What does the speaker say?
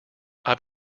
i’ve